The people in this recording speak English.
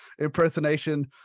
impersonation